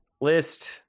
list